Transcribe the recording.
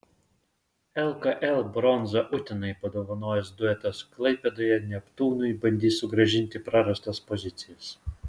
lkl bronzą utenai padovanojęs duetas klaipėdoje neptūnui bandys sugrąžinti prarastas pozicijas